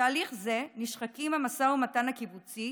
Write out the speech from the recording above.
בתהליך זה נשחקים המשא ומתן הקיבוצי